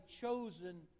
chosen